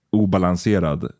obalanserad